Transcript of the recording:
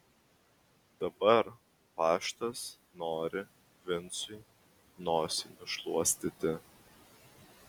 dabar paštas nori vincui nosį nušluostyti